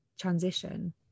transition